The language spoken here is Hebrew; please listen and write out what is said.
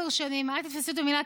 אל תתפסי אותי במילה,